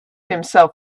himself